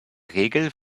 regel